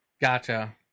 Gotcha